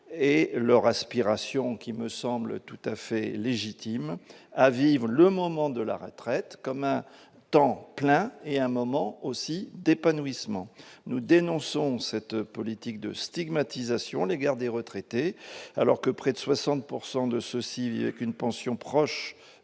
de leur aspiration, qui me semble tout à fait légitime, à vivre le moment de retraite comme un temps plein, un moment d'épanouissement. Nous dénonçons cette politique de stigmatisation à l'égard des retraités, quand 60 % d'entre eux vivent avec une pension proche